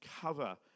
cover